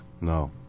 No